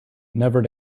never